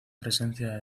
presencia